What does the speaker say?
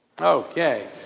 Okay